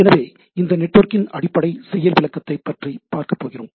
எனவே இந்த நெட்வொர்க்கின் அடிப்படை செயல் விளக்கத்தைப் பற்றி பார்க்கப்போகிறோம்